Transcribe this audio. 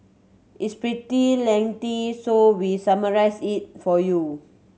it's pretty lengthy so we summarised it for you